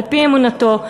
על-פי אמונתו,